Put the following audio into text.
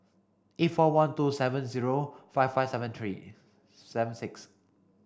eight four one two seven zero five five seven three seven six